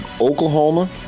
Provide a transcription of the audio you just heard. Oklahoma